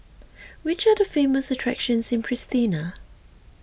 which are the famous attractions in Pristina